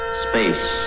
Space